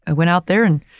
ah went out there and,